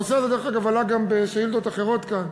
הנושא הזה, דרך אגב, עלה גם בשאילתות אחרות כאן